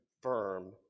firm